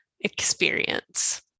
experience